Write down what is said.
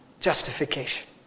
justification